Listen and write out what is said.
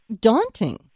daunting